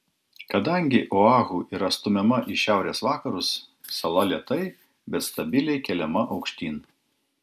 kadangi oahu yra stumiama į šiaurės vakarus sala lėtai bet stabiliai keliama aukštyn